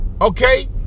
Okay